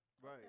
Right